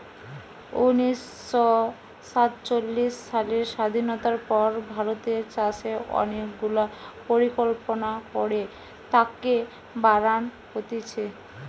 উনিশ শ সাতচল্লিশ সালের স্বাধীনতার পর ভারতের চাষে অনেক গুলা পরিকল্পনা করে তাকে বাড়ান হতিছে